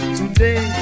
today